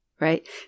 right